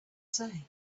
say